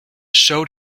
showed